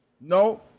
No